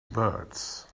birds